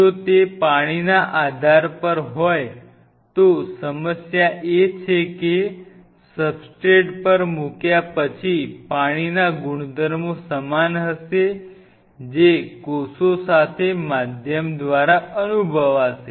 જો તે પાણીના આધાર પર હોય તો સમસ્યા એ છે કે સબસ્ટ્રેટ પર મૂક્યા પછી પાણીના ગુણધર્મો સમાન હશે જે કોષો સાથે માધ્યમ દ્વારા અનુભવાશે